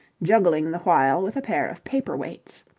juggling the while with a pair of paper-weights.